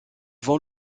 vont